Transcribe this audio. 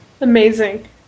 Amazing